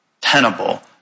tenable